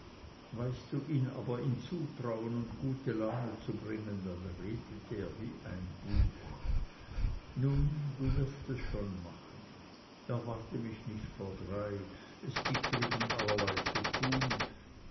weißt du ihn aber in zutrauen und gute laune zu bringen dann redet er wie ein buch nun du wirst es schon machen erwarte mich nicht vor drei es gibt drüben allerlei zu tun